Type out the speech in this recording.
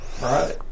right